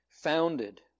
founded